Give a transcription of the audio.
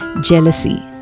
Jealousy